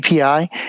API